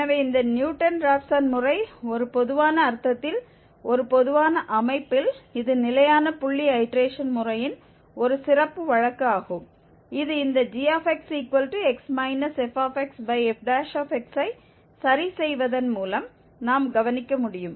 எனவே இந்த Newton Raphson முறை ஒரு பொதுவான அர்த்தத்தில் ஒரு பொதுவான அமைப்பில் இது நிலையான புள்ளி ஐடேரேஷன் முறையின் ஒரு சிறப்பு வழக்கு ஆகும் இது இந்த gxx fxfx ஐ சரிசெய்வதன் மூலம் நாம் கவனிக்க முடியும்